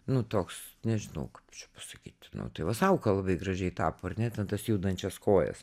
nu toks nežinau kaip čia pasakyt nu tai va sauka labai gražiai tapo ar ne ten tas judančias kojas